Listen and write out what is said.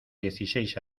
dieciséis